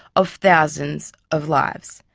of thousands, of lives.